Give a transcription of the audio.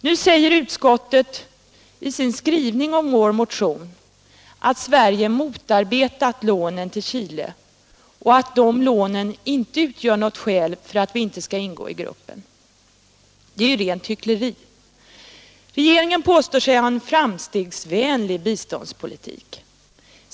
Nu säger utskottet i sin skrivning om vår motion att Sverige motarbetat lånen till Chile och att dessa lån inte utgör något skäl för att vi inte skall ingå i gruppen. Detta är ju rent hyckleri. Regeringen påstår sig föra en framstegsvänlig biståndspolitik.